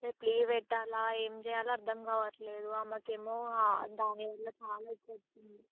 రేపు లివ్ పెట్టాలా ఏం చేయలో అర్థం కావట్లేదు అమ్మకేమో దానివల్ల చాలా ఇరుకొచ్చింది